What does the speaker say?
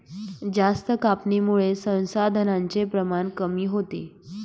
जास्त कापणीमुळे संसाधनांचे प्रमाण कमी होते